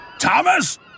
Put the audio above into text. Thomas